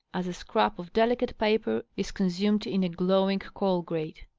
as a scrap of delicate paper is consumed in a glowing coal-grate.